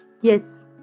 Yes